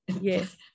yes